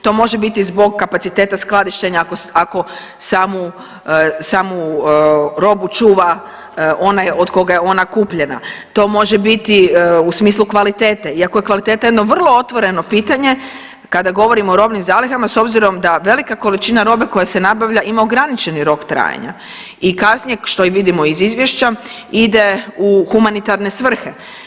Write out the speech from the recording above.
To može biti zbog kapaciteta skladištenja ako samu robu čuva onaj od koga je ona kupljena, to može biti u smislu kvalitete iako je kvaliteta jedno vrlo otvoreno pitanje, kada govorimo o robnim zalihama s obzirom da velika količina robe koja se nabavlja ima ograničeni rok trajanja i kasnije, što i vidimo iz Izvješća ide u humanitarne svrhe.